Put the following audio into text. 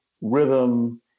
rhythm